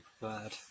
prepared